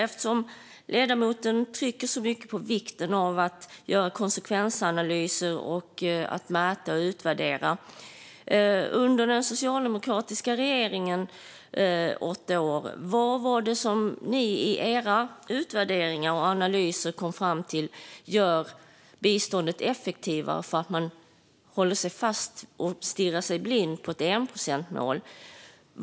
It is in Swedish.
Eftersom ledamoten trycker så mycket på vikten av att göra konsekvensanalyser, mäta och utvärdera skulle jag vilja få detta preciserat. På vilket sätt blir biståndet effektivare för att man håller fast vid och stirrar sig blind på ett enprocentsmål? Vad kom ni fram till i era utvärderingar och analyser under den socialdemokratiska regeringens åtta år?